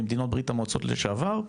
ממדינות ברית-המועצות לשעבר,